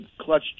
clutch